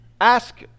Ask